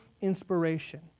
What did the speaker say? inspiration